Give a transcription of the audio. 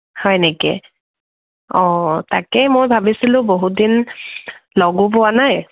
হয় নেকি অঁ তাকে মই ভাবিছিলোঁ বহুতদিন লগো পোৱা নাই